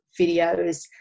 videos